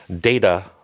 data